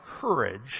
courage